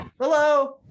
hello